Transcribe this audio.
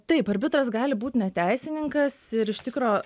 taip arbitras gali būt ne teisininkas ir iš tikro